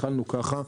התחלנו כך,